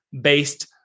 based